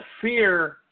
fear